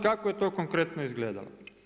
Kako je to konkretno izgledalo?